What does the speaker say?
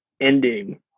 ending